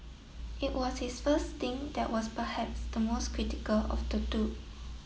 it was his first stint that was perhaps the most critical of the two